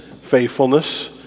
faithfulness